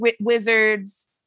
wizards